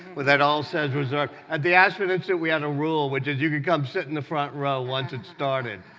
that all says reserved. at the aspen institute we had a rule which is you can come sit in the front row once it's started.